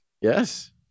Yes